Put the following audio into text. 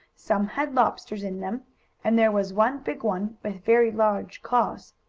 some had lobsters in them and there was one big one, with very large claws.